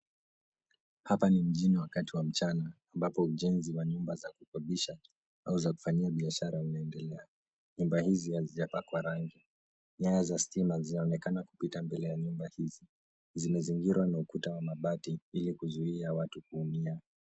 Hapa ni mjini wakati wa mchana ambapo ujenzi wa nyumba za kukodisha au za kufanyia biashara unaendelea. Nyumba hizi hazijapakwa rangi. Nyaya za stima zinaonekana kupita mbele ya nyumba hizi. Zimezingirwa na ukuta wa mabati ili kuzuia watu kuumia.